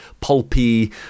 pulpy